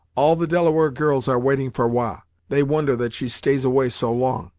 all the delaware girls are waiting for wah they wonder that she stays away so long.